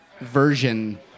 version